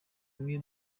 bimwe